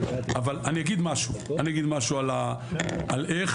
אבל אני אגיד משהו על איך,